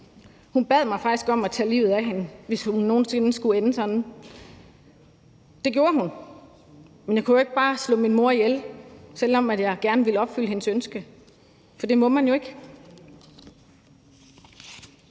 Hun bad mig faktisk om at tage livet af hende, hvis hun nogen sinde skulle ende sådan. Det gjorde hun, men jeg kunne jo ikke bare slå min mor ihjel, selv om jeg gerne ville opfylde hendes ønske, for det må man jo ikke.